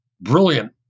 brilliant